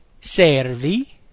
servi